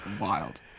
wild